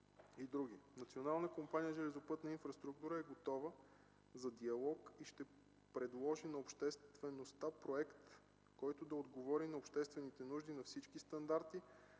Национална компания „Железопътна инфраструктура” е готова за диалог и ще предложи на обществеността проект, който да отговори на обществените нужди – на всички стандарти